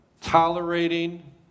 tolerating